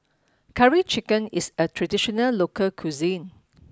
Curry Chicken is a traditional local cuisine